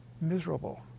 miserable